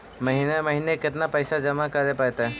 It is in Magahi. महिने महिने केतना पैसा जमा करे पड़तै?